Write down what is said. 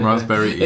Raspberry